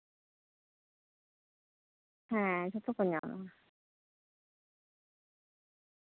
ᱡᱮᱸ ᱡᱚᱛᱚ ᱠᱚ ᱧᱟᱢᱟ